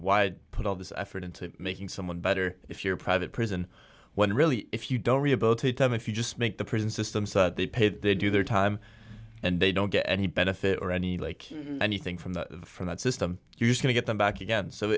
why put all this effort into making someone better if you're a private prison when really if you don't rehabilitate them if you just make the prison system so they do their time and they don't get any benefit or any like anything from the from that system used to get them back again so